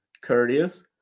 courteous